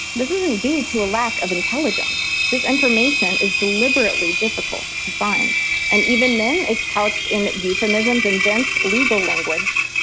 this isn't due to a lack of intelligence this information is deliberately difficult to find and even then, it's couched in euphemisms and dense legal language.